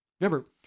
Remember